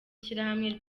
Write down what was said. ishyirahamwe